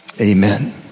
amen